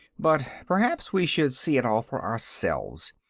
but perhaps we should see it all for ourselves.